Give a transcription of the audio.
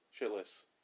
Shitless